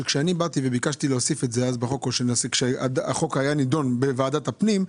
כשביקשתי להוסיף את זה בחוק שנידון בוועדת הפנים,